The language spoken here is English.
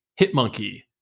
Hitmonkey